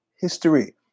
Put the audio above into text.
history